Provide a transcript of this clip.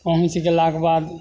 पहुँच गेलाके बाद